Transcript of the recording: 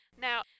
Now